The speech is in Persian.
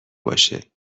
باشه